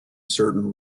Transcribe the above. certain